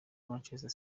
manchester